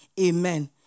Amen